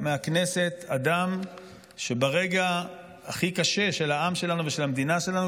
מהכנסת אדם שברגע הכי קשה של העם שלנו ושם המדינה שלנו,